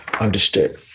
understood